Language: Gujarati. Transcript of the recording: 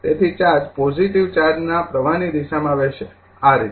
તેથી ચાર્જ પોજિટિવ ચાર્જના પ્રવાહની દિશામાં વહેશે આ રીતે